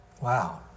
wow